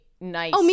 nice